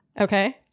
Okay